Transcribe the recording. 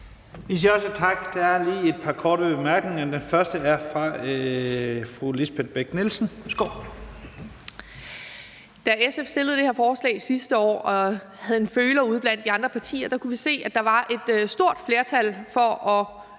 Vi siger også tak. Der er lige et par korte bemærkninger. Den første er fra fru Lisbeth Bech-Nielsen. Værsgo. Kl. 16:28 Lisbeth Bech-Nielsen (SF): Da SF fremsatte det her forslag sidste år og havde en føler ude blandt de andre partier, kunne vi se, at der var et stort flertal for at